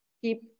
keep